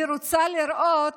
אני רוצה לראות